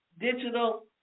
digital